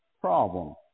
problem